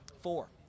Four